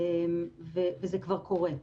וזה כבר קורה.